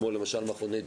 כמו למשל מכוני דיאליזה,